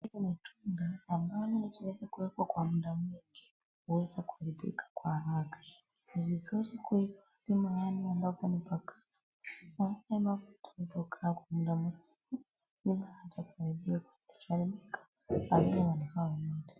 Hii ni tunda ambayo imewezwa kuwekwa kamuda mwingi uweze kuvika kwa haraka ni vizuri muda mrefu hueza kuharibika kwa haraka ni vizuri kueka mahali ambapo ni pakavu ili uweze kukaa kwa muda mrefu na usiharibike